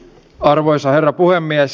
arvoisa herra puhemies